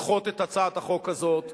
לדחות את הצעת החוק הזאת,